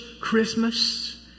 Christmas